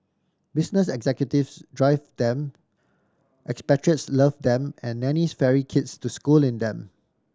business executives drive them expatriates love them and nannies ferry kids to school in them